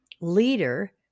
leader